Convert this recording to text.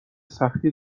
سختی